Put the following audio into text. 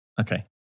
Okay